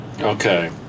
Okay